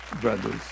brothers